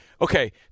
okay